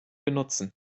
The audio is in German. benutzen